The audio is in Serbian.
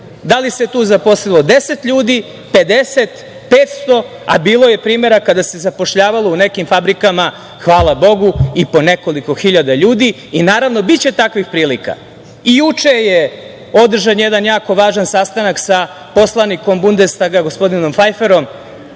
da li se tu zaposlilo 10 ljudi, 50, 500, a bilo je primera kada se zapošljavalo u nekim fabrikama, hvala bogu, i po nekoliko hiljada ljudi i naravno biće takvih prilika. Juče je održan jedan jako važan sastanak sa poslanikom Bundestaga gospodinom Fajferom,